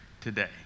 today